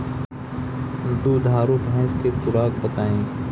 दुधारू भैंस के खुराक बताई?